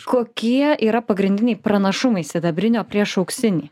kokie yra pagrindiniai pranašumai sidabrinio prieš auksinį